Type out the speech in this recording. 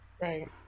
right